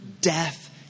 death